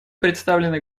представлены